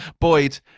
Boyd